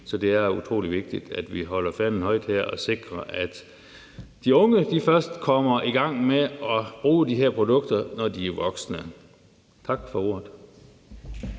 Så det er jo utrolig vigtigt, at vi holder fanen højt her og sikrer, at de unge først kommer i gang med at bruge de her produkter, når de er voksne. Tak for ordet.